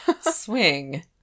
swing